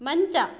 ಮಂಚ